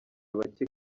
bake